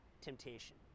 temptation